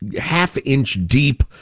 half-inch-deep